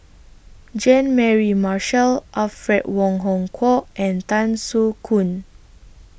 Jean Mary Marshall Alfred Wong Hong Kwok and Tan Soo Khoon